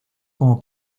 como